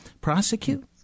prosecute